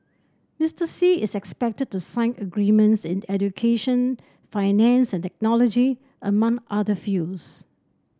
Mister Xi is expected to sign agreements in education finance and technology among other fields